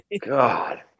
God